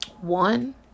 one